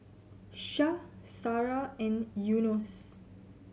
Syah Sarah and Yunos